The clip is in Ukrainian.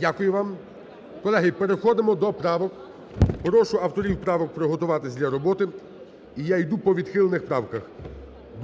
Дякую вам. Колеги, переходимо до правок. Прошу авторів правок приготуватися для роботи. І я іду по відхилених правках.